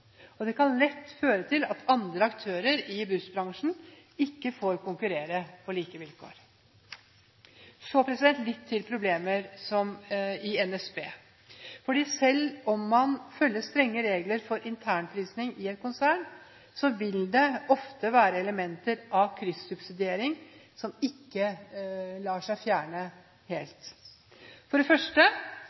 Det kan lett føre til at andre aktører i bussbransjen ikke får konkurrere på like vilkår. Så litt til problemer i NSB. Selv om man følger strenge regler for internprising i et konsern, vil det ofte være elementer av kryssubsidiering som ikke lar seg fjerne helt. For det første: